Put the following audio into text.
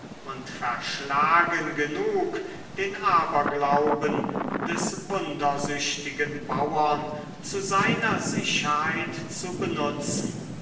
und verschlagen genug den aberglauben des wundersüchtigen bauern zu seiner sicherheit zu benutzen